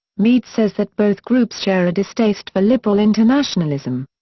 mead says that both groups share a distaste for liberal internationalism.